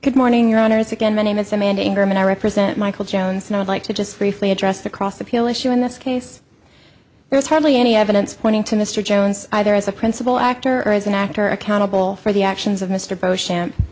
good morning your honor is again many men some endangerment i represent michael jones now like to just briefly address the cross appeal issue in this case there is hardly any evidence pointing to mr jones either as a principal actor or as an actor accountable for the actions of mr beauchamp